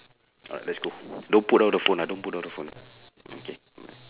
ah let's go don't put down the phone ah don't put down the phone okay mm